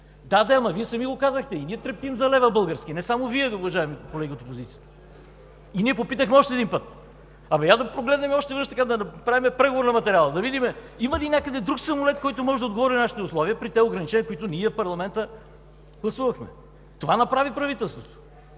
Да де, и Вие сами го казахте: и ние трептим за лева български, не само Вие, уважаеми колеги от опозицията. Ние попитахме още веднъж, да погледнем още веднъж, да направим преговор на материала, за да видим има ли някъде друг самолет, който може да отговори на нашите условия при ограниченията, които ние, парламентът гласувахме? Това направи правителството.